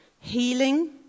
healing